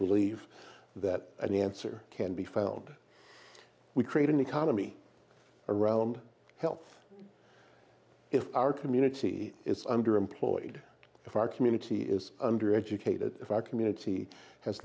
believe that an answer can be found we create an economy around health if our community is underemployed if our community is undereducated if i community has